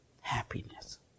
happiness